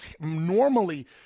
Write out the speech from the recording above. normally